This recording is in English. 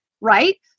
right